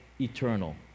eternal